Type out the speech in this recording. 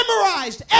memorized